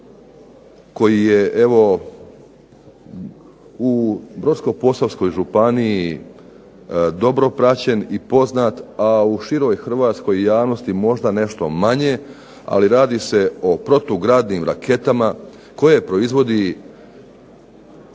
koji je evo u Brodsko-posavskoj županiji dobro praćen i poznat, a u široj hrvatskoj javnosti možda nešto manje, a radi se o protugradnim raketama koje proizvodi